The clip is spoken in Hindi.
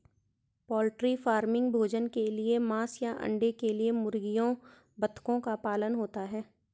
पोल्ट्री फार्मिंग भोजन के लिए मांस या अंडे के लिए मुर्गियों बतखों को पालना होता है